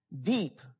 deep